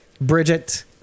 Bridget